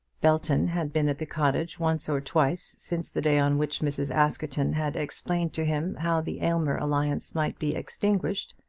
belton had been at the cottage once or twice since the day on which mrs. askerton had explained to him how the aylmer alliance might be extinguished,